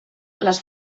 les